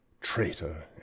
traitor